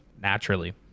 naturally